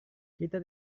kita